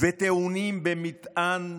וטעונים במטען,